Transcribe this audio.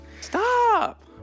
Stop